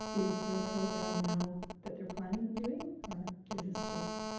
is there a program now that they're planning on doing? or is this just.